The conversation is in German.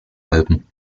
alpen